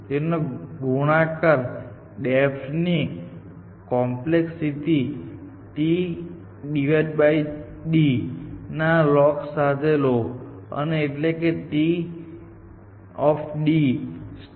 તેનો ગુણાકાર ડેપ્થ ની કોમ્પ્લેક્સિટી Td ના log સાથે લો એટલે કે T log2Td